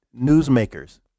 newsmakers